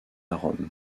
rome